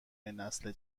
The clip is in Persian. نسل